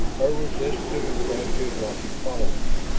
or was this to impress his watching followers?